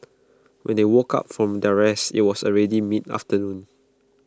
when they woke up from their rest IT was already mid afternoon